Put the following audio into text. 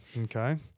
Okay